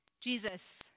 Jesus